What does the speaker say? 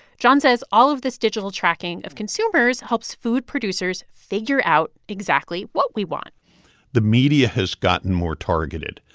john says all of this digital tracking of consumers helps food producers figure out exactly what we want the media has gotten more targeted.